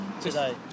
today